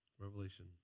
Revelation